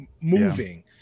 moving